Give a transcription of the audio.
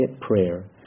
prayer